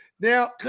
now